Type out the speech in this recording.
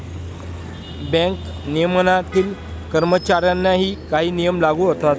bank नियमनातील कर्मचाऱ्यांनाही काही नियम लागू होतात